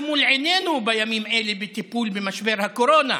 מול עינינו בימים אלה בטיפול במשבר הקורונה,